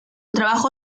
trabajo